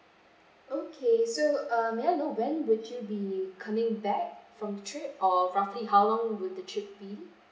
okay so um may I know when would you be coming back from the trip or roughly how long would the trip be